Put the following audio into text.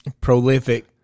prolific